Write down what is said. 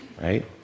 right